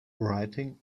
writing